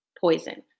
Poison